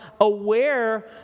aware